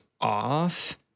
off